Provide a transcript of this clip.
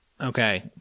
Okay